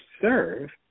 serve